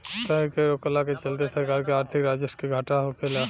कर के रोकला के चलते सरकार के आर्थिक राजस्व के घाटा होखेला